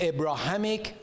Abrahamic